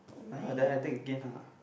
!huh! then I take again lah